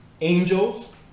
Angels